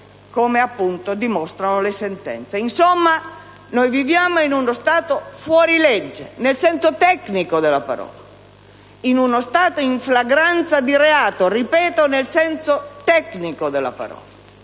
come dimostrano le sentenze. Insomma, noi viviamo in uno Stato fuorilegge, nel senso tecnico della parola; in uno Stato in flagranza di reato, ripeto, nel senso tecnico della parola.